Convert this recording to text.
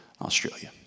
Australia